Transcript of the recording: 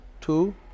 Two